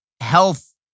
health